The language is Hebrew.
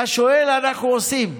אתה שואל, אנחנו עושים.